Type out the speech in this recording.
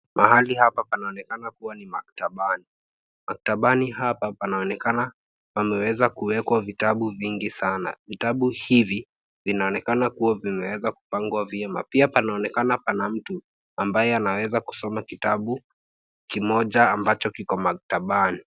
Mahali hapa panaonekana kuwa ni maktabani. Maktabani hapa panaonekana pameweza kuwekwa vitabu vingi sana. Vitabu hivi vinaonekana kuwa vimeweza kupangwa vyema. Pia panaonekana pana mtu ambaye anaweza kusoma kitabu kimoja ambacho kiko maktabani.